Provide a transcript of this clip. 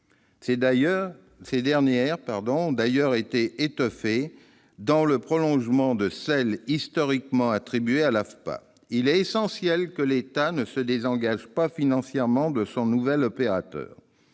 Ces dernières ont d'ailleurs été étoffées, dans le prolongement de celles qui sont historiquement attribuées à l'AFPA. Il est essentiel que l'État ne se désengage pas financièrement de son nouvel opérateur